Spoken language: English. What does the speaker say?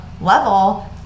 level